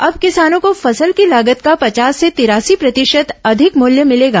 अब किसानों को फसल की लागत का पचास से तिरासी प्रतिशत अधिक मुल्य मिलेगा